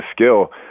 skill